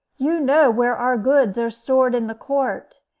you know where our goods are stored in the court,